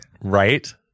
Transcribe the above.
Right